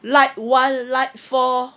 light one light four